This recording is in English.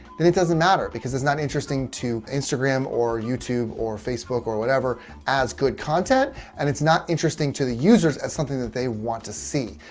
then it doesn't matter because it's not interesting to instagram or youtube or facebook or whatever as good content and it's not interesting to the users as something that they want to see.